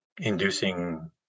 inducing